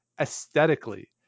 aesthetically